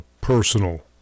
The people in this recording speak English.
personal